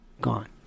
gone